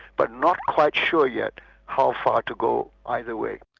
but not quite sure yet how far to go either way.